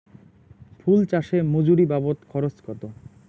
ফুল চাষে মজুরি বাবদ খরচ কত?